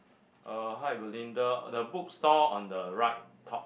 uh hi Belinda the book store on the right top